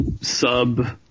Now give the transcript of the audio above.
sub